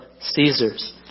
Caesar's